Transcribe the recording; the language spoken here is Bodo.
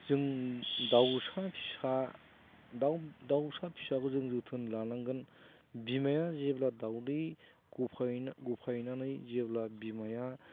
जों दाउसा फिसा दाउसा फिसा दाउ दाउसा फिसाखौ जों जोथोन लानांगोन बिमाया जेब्ला दाउदै गफाय गफायनानै जेब्ला बिमाया